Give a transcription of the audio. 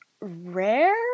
rare